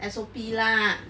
S_O_P lah